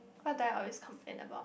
what do I always complain about